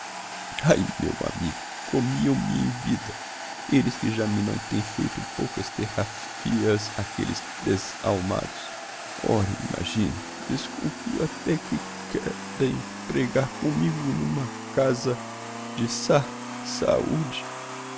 ai meu amigo comiam me em vida elles que já me não têm feito poucas terrafi as aquelles des almados ora imagina desconfio até que qué rem pregar commigo n'uma casa de sa saúde